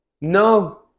No